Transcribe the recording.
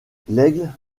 l’aigle